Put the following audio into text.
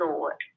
Lord